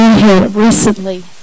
Recently